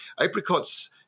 Apricots